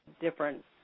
different